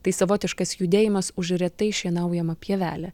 tai savotiškas judėjimas už retai šienaujamą pievelę